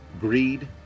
greed